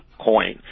coin